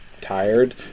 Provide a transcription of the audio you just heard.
tired